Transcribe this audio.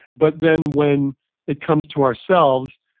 but then, when it comes to ourselves,